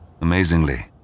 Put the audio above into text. Amazingly